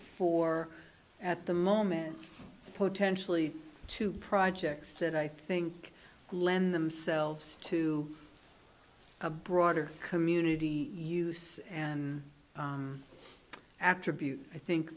for at the moment potentially two projects that i think lend themselves to a broader community use an attribute i think